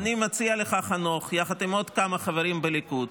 אני מציע לך, חנוך, יחד עם עוד כמה חברים בליכוד,